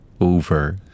over